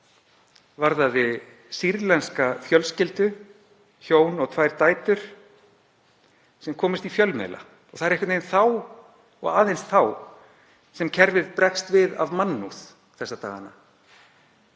varðaði sýrlenska fjölskyldu, hjón og tvær dætur sem komust í fjölmiðla. Það er einhvern veginn þá og aðeins þá sem kerfið bregst við af mannúð þessa dagana.